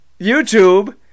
YouTube